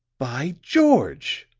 by george!